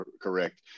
correct